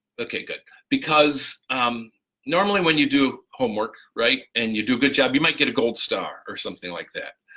okay good because um normally when you do homework right and you do good job you might get a gold star or something like that,